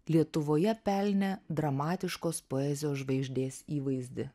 lietuvoje pelnė dramatiškos poezijos žvaigždės įvaizdį